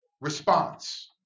response